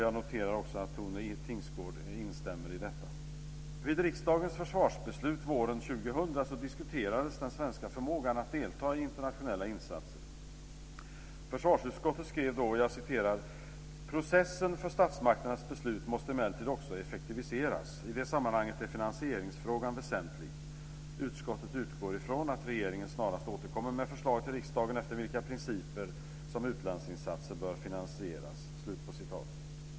Jag noterar att Tone Tingsgård instämmer i detta. Vid riksdagens försvarsbeslut våren 2000 diskuterades den svenska förmågan att delta i internationella insatser. Försvarsutskottet skrev då: Processen för statsmakternas beslut måste emellertid också effektiviseras. I det sammanhanget är finansieringsfrågan väsentlig. Utskottet utgår från att regeringen snarast återkommer med förslag till riksdagen efter vilka principer som utlandsinsatser bör finansieras.